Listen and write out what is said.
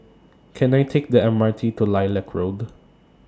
Can I Take The M R T to Lilac Road